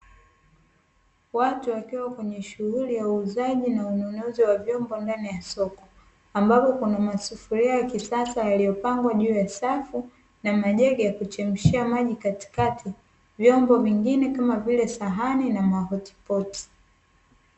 Watu wakiwa kwenye shughuli ya uuzaji na ununuzi wa vyumbo ndani ya soko, ambapo kuna masufuria ya kisasa yaliyopangwa juu ya safu na majagi ya kuchemshia maji katikati, vyombo vingine kama vile sahani na mahotipoti.